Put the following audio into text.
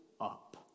up